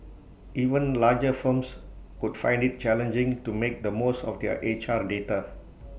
even larger firms could find IT challenging to make the most of their H R data